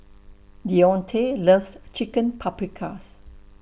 Deontae loves Chicken Paprikas